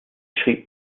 schrieb